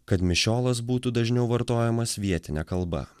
kad mišiolas būtų dažniau vartojamas vietine kalba